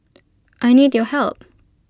I need your help